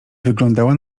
wyglądała